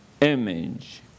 image